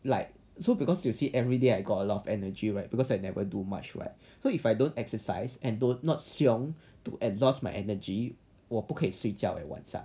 like so because you see everyday I got a lot of energy right because I never do much right so if I don't exercise and do not xiong to exhaust my energy 我不可以睡觉晚上